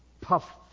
puff